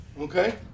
okay